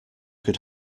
could